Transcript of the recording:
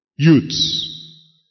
Youths